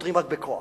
פותרים רק בכוח,